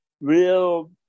real